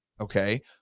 Okay